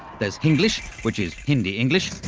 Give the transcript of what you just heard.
there's hinglish which is hindi english,